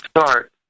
start